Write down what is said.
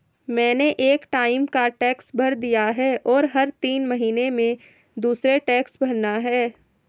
मैंने एक टाइम का टैक्स भर दिया है, और हर तीन महीने में दूसरे टैक्स भरना है